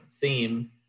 theme